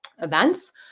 events